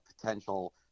potential